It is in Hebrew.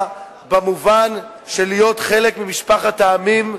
במובן של להיות חלק ממשפחת העמים,